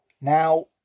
Now